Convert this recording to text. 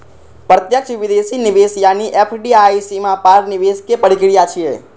प्रत्यक्ष विदेशी निवेश यानी एफ.डी.आई सीमा पार निवेशक प्रक्रिया छियै